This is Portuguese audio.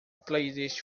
playlist